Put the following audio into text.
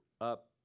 up